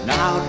Now